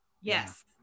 Yes